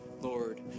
Lord